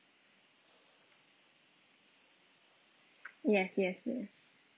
yes yes yes